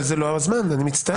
אבל זה לא הזמן, אני מצטער.